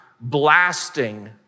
blasting